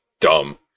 dumb